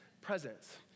presence